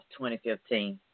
2015